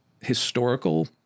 historical